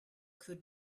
could